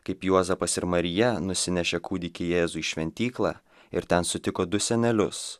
kaip juozapas ir marija nusinešė kūdikį jėzų į šventyklą ir ten sutiko du senelius